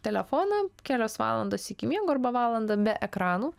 telefoną kelios valandos iki miego arba valanda be ekranų